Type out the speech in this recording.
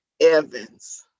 Evans